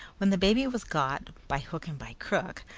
when the baby was got, by hook and by crook,